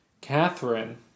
Catherine